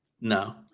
No